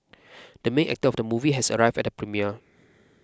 the main actor of the movie has arrived at the premiere